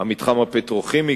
המתחם הפטרוכימי,